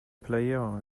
playero